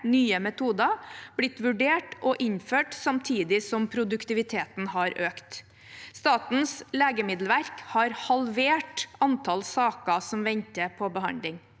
nye metoder blitt vurdert og innført, samtidig som produktiviteten har økt. Statens legemiddelverk har halvert antall saker som venter på behandling.